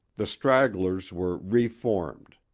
the stragglers were reformed.